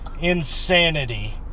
insanity